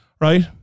right